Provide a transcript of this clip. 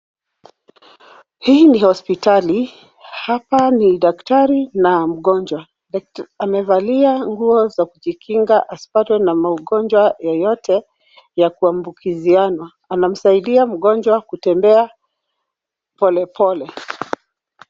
Hii ni hospitali. Hapa ni daktari na mgonjwa. Daktari amevalia nguo za kujikinga asipatwe na maugonjwa yoyote ya kuambukizana. Anamsaidia mgonjwa kutembea polepole.